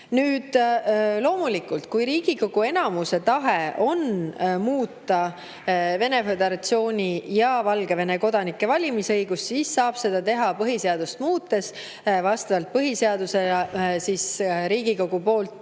Nüüd, loomulikult, kui Riigikogu enamuse tahe on muuta Venemaa Föderatsiooni ja Valgevene kodanike valimisõigust, siis saab seda teha, muutes põhiseadust vastavalt põhiseadusele Riigikogu poolt